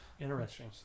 Interesting